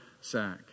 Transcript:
sack